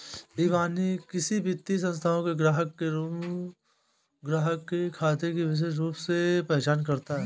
इबानी किसी वित्तीय संस्थान में ग्राहक के खाते की विशिष्ट रूप से पहचान करता है